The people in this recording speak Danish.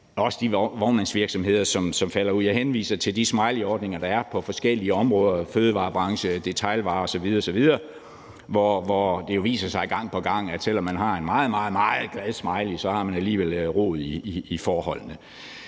også af de vognmandsvirksomheder, som falder ud. Jeg henviser til de smileyordninger, der er på forskellige områder – fødevarebranche, detailvarer osv. osv. – hvor det viser sig gang på gang, at selv om man har en meget, meget glad smiley, har man alligevel rod i forholdene.